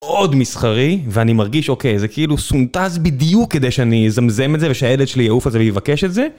מאוד מסחרי ואני מרגיש אוקיי זה כאילו סונטז בדיוק כדי שאני אזמזם את זה ושהילד שלי יעוף על זה ויבקש את זה